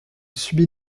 subit